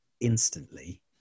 instantly